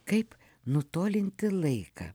kaip nutolinti laiką